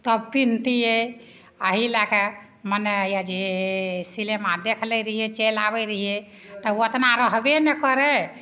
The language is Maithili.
तब पिन्हतिए अही लैके मने यऽ जे सिनेमा देखि लै रहिए चलि आबै रहिए तऽ ओतना रहबे नहि करै